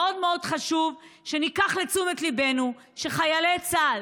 מאוד מאוד חשוב שניקח לתשומת ליבנו שחיילי צה"ל